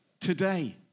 today